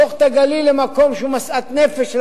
להפוך את הגליל למקום שהוא משאת נפש של